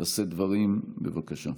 לשאת דברים, בבקשה.